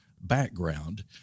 background